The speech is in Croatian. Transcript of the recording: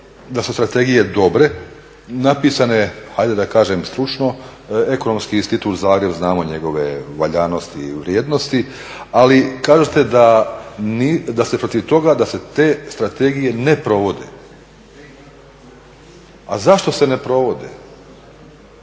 da su strategije dobre, napisane hajde da kažem stručno. Ekonomski institut Zagreb znamo njegove valjanosti i vrijednosti, ali kažete da ste protiv toga da se te strategije ne provode. A zašto se ne provode?